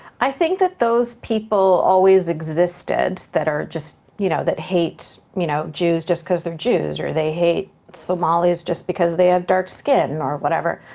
i think that those people always existed, that are just, you know, that hate you know jews just cause their jews, or they hate somalis just because they have dark skin or whatever,